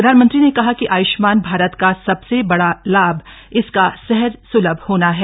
प्रधानमंत्री ने कहा कि आय्ष्मान भारत का सबसे बड़ा लाभ इसका सहज सुलभ होना है